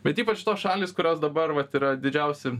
bet ypač tos šalys kurios dabar vat yra didžiausi